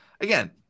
Again